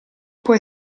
può